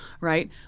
right